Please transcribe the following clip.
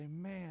man